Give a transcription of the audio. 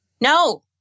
No